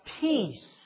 peace